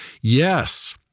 yes